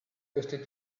este